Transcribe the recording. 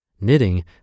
Knitting